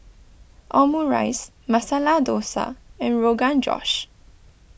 Omurice Masala Dosa and Rogan Josh